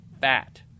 fat